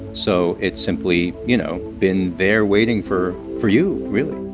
so it's simply, you know, been there waiting for for you, really